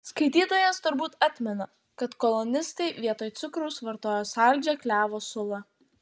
skaitytojas turbūt atmena kad kolonistai vietoj cukraus vartojo saldžią klevo sulą